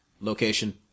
Location